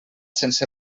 sense